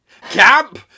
camp